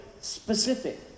specific